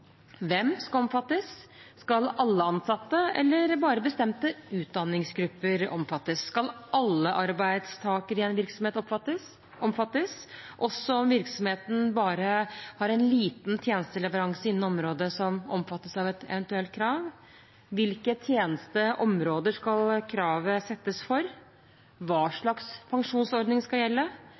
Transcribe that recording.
Hvem skal omfattes? Skal alle ansatte eller bare bestemte utdanningsgrupper omfattes? Skal alle arbeidstakere i en virksomhet omfattes – også om virksomheten bare har en liten tjenesteleveranse innen området som omfattes av et eventuelt krav? Hvilke tjenesteområder skal kravet settes for? Hva slags pensjonsordning skal gjelde?